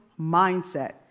mindset